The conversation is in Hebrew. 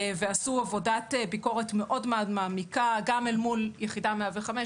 ועשו עבודת ביקורת מאוד מעמיקה גם אל מול יחידה 105,